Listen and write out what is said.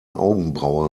augenbraue